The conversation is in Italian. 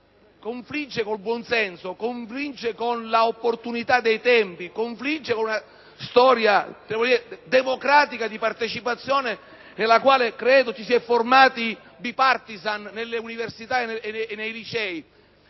confligge con il buonsenso, con l'opportunità dei tempi e con la storia democratica di partecipazione, nella quale credo ci siamo formati *bipartisan* nelle università e nei licei.